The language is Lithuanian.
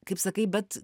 kaip sakai bet